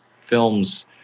films